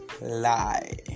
lie